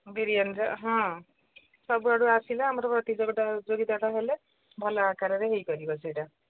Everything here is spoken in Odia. ବିରିୟାନୀର ହଁ ସବୁଆଡ଼ୁ ଆସିଲା ଆମର ପ୍ରତିଯୋଗିତାଟା ହେଲେ ଭଲ ଆକାରରେ ହେଇ କରିବ ସେଇଟା